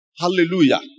Hallelujah